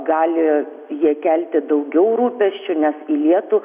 gali jie kelti daugiau rūpesčių nes į lietų